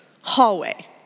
hallway